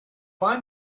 find